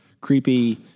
creepy